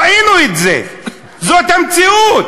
ראינו את זה, זאת המציאות.